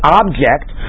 object